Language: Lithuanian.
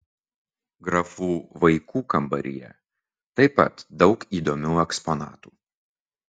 grafų vaikų kambaryje taip pat daug įdomių eksponatų